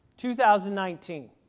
2019